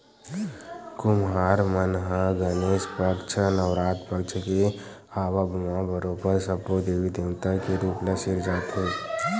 कुम्हार मन ह गनेस पक्छ, नवरात पक्छ के आवब म बरोबर सब्बो देवी देवता के रुप ल सिरजाथे